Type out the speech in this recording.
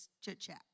chit-chat